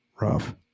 Rough